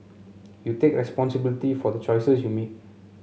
you take responsibility for the choices you make